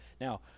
Now